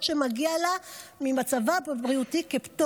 שמגיעות לה כפטור בגלל מצבה הבריאותי.